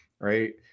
Right